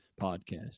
podcast